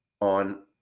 on